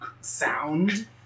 sound